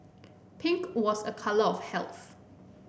pink was a colour of health